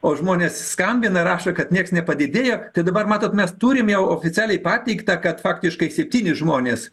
o žmonės skambina rašo kad nieks nepadidėjo tai dabar matote mes turim jau oficialiai pateikta kad faktiškai septyni žmonės